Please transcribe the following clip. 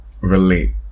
relate